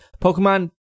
Pokemon